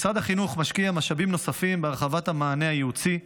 משרד החינוך משקיע משאבים נוספים בהרחבת המענה הייעוצי,